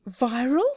Viral